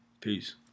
Peace